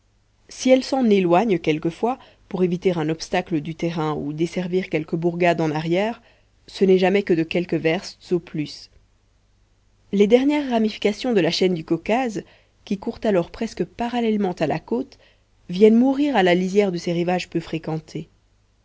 si elle s'en éloigne quelquefois pour éviter un obstacle du terrain ou desservir quelque bourgade en arrière ce n'est jamais que de quelques verstes au plus les dernières ramifications de la chaîne du caucase qui court alors presque parallèlement à la côte viennent mourir à la lisière de ces rivages peu fréquentés